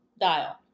Dial